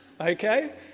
Okay